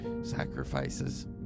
sacrifices